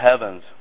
heavens